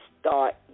start